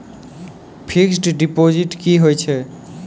Fixed deposit की होय छै?